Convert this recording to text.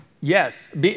Yes